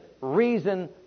reason